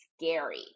scary